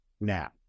now